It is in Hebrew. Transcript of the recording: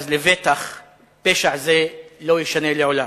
ואז פשע זה לבטח לא יישנה לעולם.